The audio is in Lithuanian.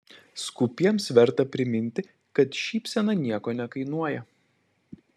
skūpiems verta priminti kad šypsena nieko nekainuoja